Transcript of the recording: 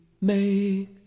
make